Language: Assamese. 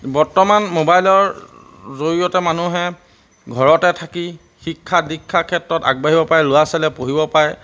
বৰ্তমান মোবাইলৰ জৰিয়তে মানুহে ঘৰতে থাকি শিক্ষা দীক্ষাৰ ক্ষেত্ৰত আগবাঢ়িব পাৰে ল'ৰা ছোৱালীয়ে পঢ়িব পাৰে